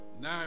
now